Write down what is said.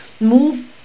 move